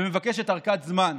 ומבקשת ארכת זמן.